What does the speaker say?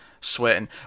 sweating